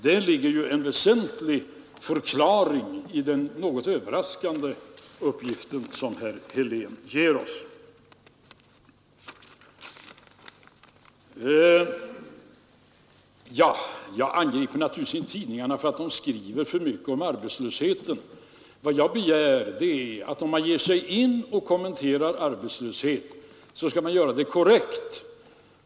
Där ligger ju en väsentlig förklaring till den något överraskande uppgift som herr Helén ger oss Jag angriper naturligtvis inte tidningarna för att de skriver för mycket om arbetslösheten. Vad jag begär är att om man ger sig in på att kommentera arbetslösheten skall man göra det korrekt.